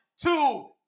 two